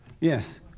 Yes